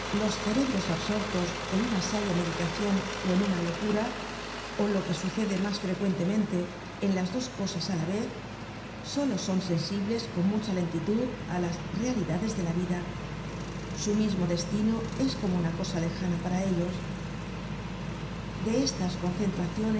los cerebros absortos en una sabia meditacion ó en una locura ó lo que sucede mas frecuentemente en las dos cosas á la vez solo son sensibles con mucha lentitud á las realidades de la vida su mismo destino es como una cosa lejana para ellos de estas concentraciones